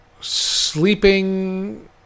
sleeping